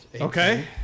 okay